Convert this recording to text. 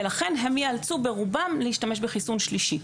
ולכן הם ייאלצו ברובם להשתמש בחיסון שלישי.